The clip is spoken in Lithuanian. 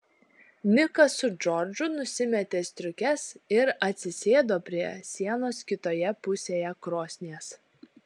nikas su džordžu nusimetė striukes ir atsisėdo prie sienos kitoje pusėje krosnies